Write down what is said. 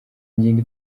ingingo